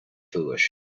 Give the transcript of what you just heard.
foolish